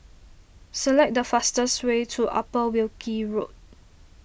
select the fastest way to Upper Wilkie Road